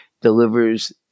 delivers